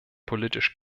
politisch